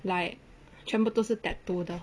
like 全部都是 tattoo 的